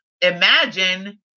imagine